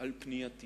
על פנייתי